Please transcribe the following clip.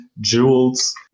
jewels